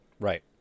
Right